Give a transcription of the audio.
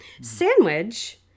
Sandwich